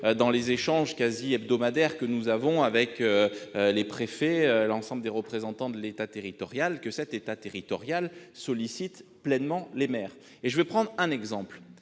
des échanges quasi hebdomadaires que nous avons avec les préfets et l'ensemble des représentants de l'État territorial, que ledit État territorial sollicite pleinement les maires. Je prendrai un exemple.